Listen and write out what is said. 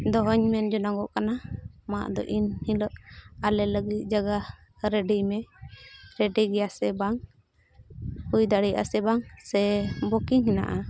ᱫᱚᱦᱚᱧ ᱢᱮᱱ ᱡᱚᱱᱚᱜᱚᱜ ᱠᱟᱱᱟ ᱢᱟ ᱟᱫᱚ ᱮᱱ ᱦᱤᱞᱳᱜ ᱟᱞᱮ ᱞᱟᱹᱜᱤᱫ ᱡᱟᱭᱜᱟ ᱨᱮᱰᱤ ᱢᱮ ᱨᱮᱰᱤ ᱜᱮᱭᱟ ᱥᱮ ᱵᱟᱝ ᱦᱩᱭ ᱫᱟᱲᱮᱭᱟᱜᱼᱟ ᱥᱮ ᱵᱟᱝ ᱥᱮ ᱵᱩᱠᱤᱝ ᱦᱮᱱᱟᱜᱼᱟ